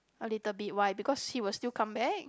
a little bit why because he will still come back